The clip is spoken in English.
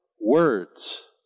words